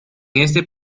este